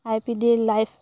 I P D life